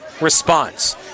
response